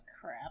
crap